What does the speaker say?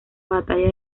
batalla